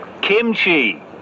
Kimchi